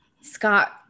Scott